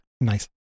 Nice